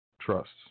trusts